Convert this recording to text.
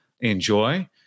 enjoy